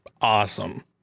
Awesome